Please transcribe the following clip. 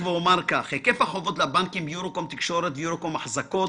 היקף החובות לבנקים מיורוקום תקשורת ויורוקום אחזקות